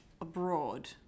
abroad